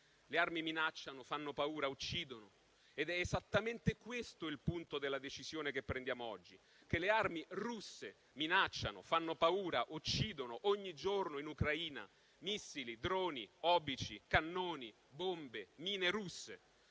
Le armi minacciano, fanno paura, uccidono ed è esattamente questo il punto della decisione che prendiamo oggi. Le armi russe minacciano, fanno paura, uccidono ogni giorno in Ucraina. Missili, droni, obici, cannoni, bombe, mine russe: